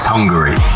Hungary